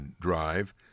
Drive